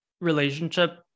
relationship